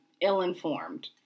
ill-informed